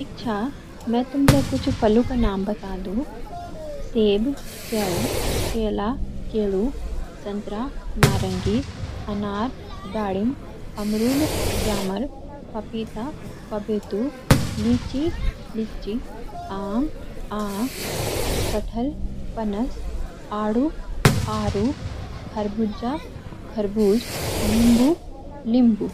ठीक छा, मिं तुमते कुछ फळों का नाम बता दुं: सेब - स्याऊ केला - केळू संतरा - नारंगी अनार - दाड़िम अमरूद - जामर पपीता - पबैतू लीची - लिच्ची आम - आँ कटहल - पनस आड़ू - आरु खरबूजा - खर्बूज नींबू - लिम्बु